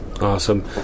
Awesome